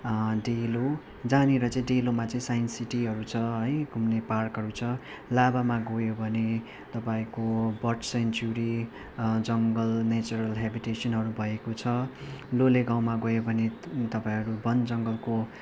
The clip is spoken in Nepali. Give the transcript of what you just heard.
डेलो जहाँनिर चाहिँ डेलोमा चाहिँ साइन्स सिटीहरू छ है घुम्ने पार्कहरू छ लाभामा गयो भने तपाईँको बर्ड स्यान्चुरि जङ्गल नेचरल हेबिटेसनहरू भएको छ लोले गाँउमा गयो भने तपाईँहरू वन जङ्गलको